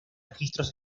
registros